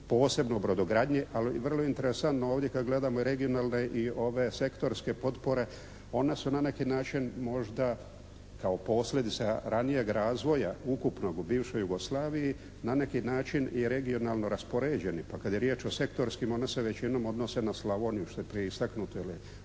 posebno brodogradnje, ali vrlo interesantno ovdje kad gledamo regionalne i ove sektorske potpore, one su na neki način možda kao posljedice ranijeg razvoja ukupnog u bivšoj Jugoslaviji na neki način i regionalno raspoređeni. Pa kad je riječ o sektorskih one se većinom odnose na Slavoniju što je prije istaknuto ili na